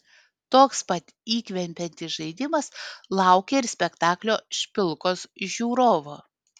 toks pats įkvepiantis žaidimas laukia ir spektaklio špilkos žiūrovo